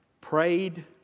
prayed